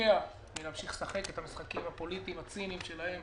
חלקיה מאשר להמשיך לשחק את המשחקים הפוליטיים הציניים שלהם